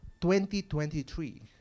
2023